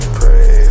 pray